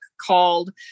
called